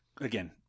again